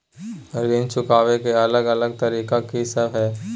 ऋण चुकाबय के अलग अलग तरीका की सब हय?